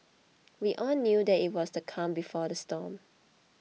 we all knew that it was the calm before the storm